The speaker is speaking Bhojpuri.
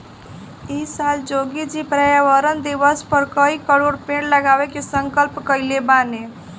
इ साल योगी जी पर्यावरण दिवस पअ कई करोड़ पेड़ लगावे के संकल्प कइले बानअ